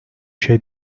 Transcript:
şey